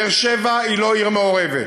באר-שבע היא לא עיר מעורבת,